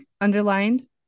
underlined